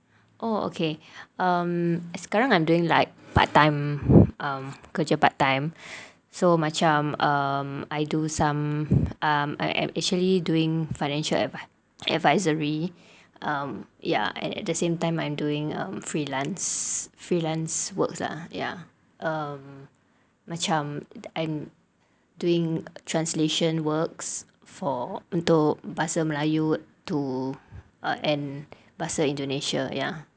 oh okay um sekarang I'm doing like part time um kerja part time so macam um I do some um actually doing financial advisory um ya at the same time doing um freelance freelance works ah ya um macam and doing translation works for untuk bahasa melayu to and bahasa indonesia ya